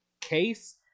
case